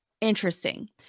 interesting